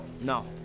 No